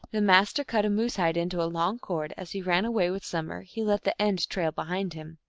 the master cut a moose-hide into a long cord as he ran away with summer he let the end trail behind him.